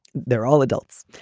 they're all adults.